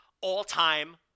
all-time